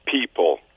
people